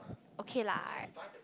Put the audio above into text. okay lah